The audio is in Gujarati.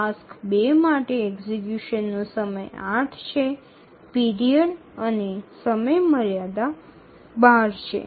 ટાસ્ક 2 માટે એક્ઝિકયુશનનો સમય ૮ છે પીરિયડ અને સમયમર્યાદા ૧૨ છે